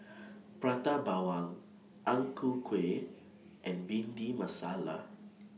Prata Bawang Ang Ku Kueh and Bhindi Masala